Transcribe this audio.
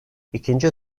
i̇kinci